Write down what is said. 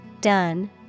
done